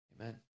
Amen